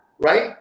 right